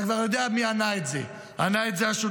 אתה כבר יודע מי ענה את זה.